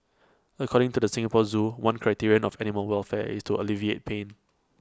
according to the Singapore Zoo one criteria of animal welfare is to alleviate pain